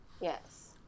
Yes